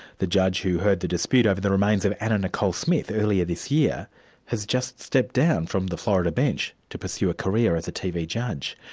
the judge who heard the dispute over the remains of anna nicole smith earlier this year has just stepped down from the florida bench to pursue a career as a tv judge.